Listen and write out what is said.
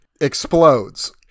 explodes